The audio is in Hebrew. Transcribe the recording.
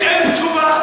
אין לך תשובה.